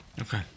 okay